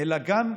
אלא גם,